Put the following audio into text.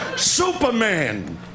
Superman